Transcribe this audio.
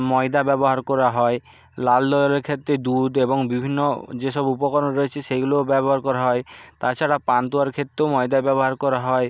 ময়দা ব্যবহার করা হয় লাল দইয়েরও ক্ষেত্রে দুধ এবং বিভিন্ন যেসব উপকরণ রয়েছে সেইগুলোও ব্যবহার করা হয় তাছাড়া পান্তুয়ার ক্ষেত্রেও ময়দার ব্যবহার করা হয়